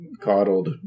coddled